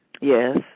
Yes